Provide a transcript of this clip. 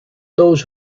those